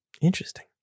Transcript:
Interesting